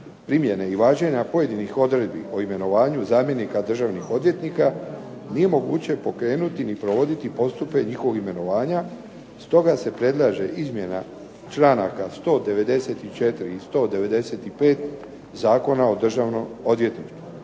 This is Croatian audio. primjene i važenja pojedinih odredbi o imenovanju zamjenika državnih odvjetnika nije moguće pokrenuti ni provoditi postupke njihovog imenovanja, stoga se predlaže izmjena članaka 194. i 195. Zakona o Državnom odvjetništvu.